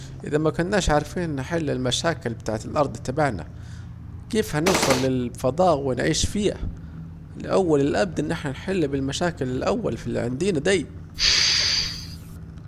ازا مكناش عارفين نحل المشاكل بتاعت الأرض تبعنا، كيف هنوصل الفضاء ونعيش فيه، الأول الأبدى نحل في المشاكل الي عندينا دي